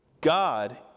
God